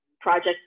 project